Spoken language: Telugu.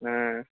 ఆ